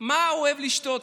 הוא אוהב לשתות,